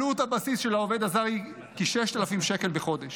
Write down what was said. עלות הבסיס של העובד הזר היא כ-6,000 שקל בחודש,